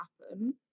happen